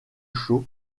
show